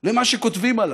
למה שכותבים עליו,